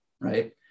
right